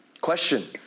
Question